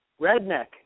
Redneck